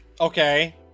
Okay